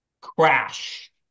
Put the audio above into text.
Crash